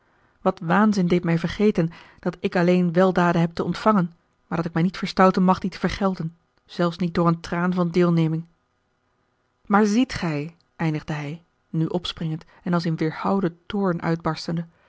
wat waanzin deed mij vergeten dat ik alleen weldaden heb te ontvangen maar dat ik mij niet verstouten mag die te vergelden zelfs niet door een traan van deelneming maar ziet gij eindigde hij nu opspringend en als in weêrhouden toorn uitbarstende